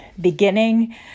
beginning